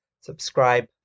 subscribe